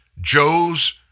Joe's